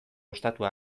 ostatua